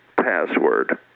password